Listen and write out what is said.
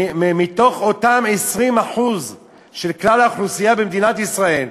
אותם 20% של כלל האוכלוסייה במדינת ישראל,